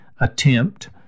attempt